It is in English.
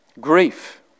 Grief